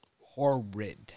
Horrid